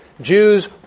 Jews